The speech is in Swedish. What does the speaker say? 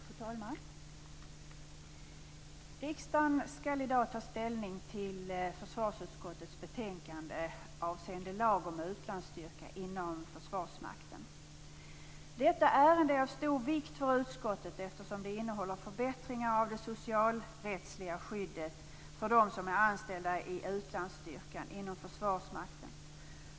Fru talman! Riksdagen skall i dag ta ställning till försvarsutskottets betänkande avseende lag om utlandsstyrkan inom Försvarsmakten. Detta ärende är av stor vikt för utskottet, eftersom det innehåller förbättringar av det socialrättsliga skyddet för dem som är anställda i utlandsstyrkan inom Försvarsmakten.